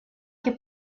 que